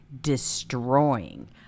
destroying